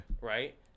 Right